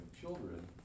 children